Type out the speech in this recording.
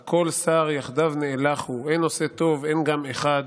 הכל סר יחדָו נאלחו אין עֹשה טוב אין גם אחד: